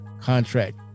contract